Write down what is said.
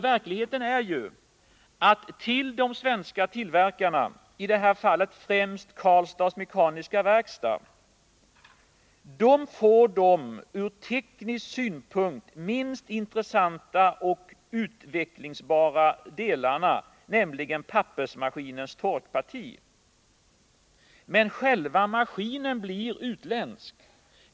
Verkligheten är ju den att de svenska tillverkarna, i detta fall främst Karlstads Mekaniska Werkstad, får de ur teknisk synpunkt minst intressanta och minst utvecklingsbara delarna, nämligen pappersmaskinens torkparti. Men själva maskinen blir utländsk.